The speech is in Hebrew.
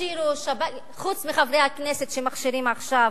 חוץ מחברי הכנסת שמכשירים עכשיו,